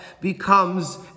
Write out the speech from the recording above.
becomes